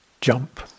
jump